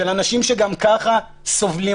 של אנשים שגם ככה סובלים.